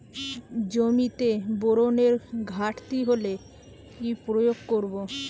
জমিতে বোরনের ঘাটতি হলে কি প্রয়োগ করব?